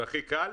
זה הכי קל,